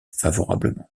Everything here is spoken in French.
favorablement